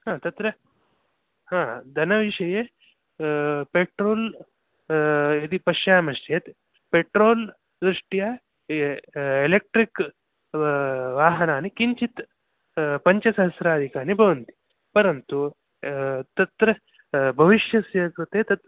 ह तत्र हा धनविषये पेट्रोल् यदि पश्यामश्चेत् पेट्रोल् दृष्ट्या एलेक्ट्रिक् वाहनानि किञ्चित् पञ्चसहस्राधिकाधिकानि भवन्ति परन्तु तत्र भविष्यस्य कृते तत्